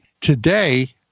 Today